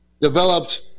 Developed